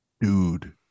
Dude